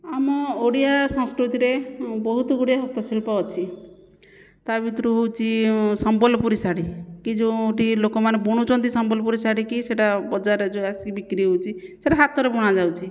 ଆମ ଓଡ଼ିଆ ସଂସ୍କୃତିରେ ବହୁତ ଗୁଡ଼ିଏ ହସ୍ତଶିଳ୍ପ ଅଛି ତା ଭିତରୁ ହେଉଛି ସମ୍ବଲପୁରୀ ଶାଢ଼ୀ କି ଯେଉଁଟି ଲୋକମାନେ ବୁଣୁଛନ୍ତି ସମ୍ବଲପୁରୀ ଶାଢ଼ୀକୁ ସେହିଟା ବଜାରରେ ଯେଉଁ ଆସିକି ବିକ୍ରି ହେଉଛି ସେଟା ହାତରେ ବୁଣା ଯାଉଛି